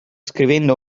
scrivendo